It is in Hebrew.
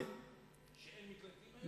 שאין מקלטים היום?